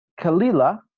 kalila